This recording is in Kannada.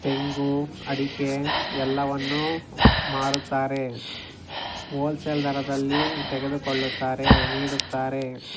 ತೆಂಗು ಅಡಿಕೆ ಎಲ್ಲವನ್ನೂ ಮಾರುತ್ತಾರೆ ಓಲ್ಸೇಲ್ ದರದಲ್ಲಿ ತೆಗೆದುಕೊಳ್ಳುತ್ತಾರೆ ನೀಡುತ್ತಾರೆ